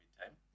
time